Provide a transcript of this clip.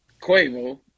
Quavo